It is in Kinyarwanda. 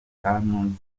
tanu